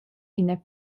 ina